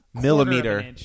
Millimeter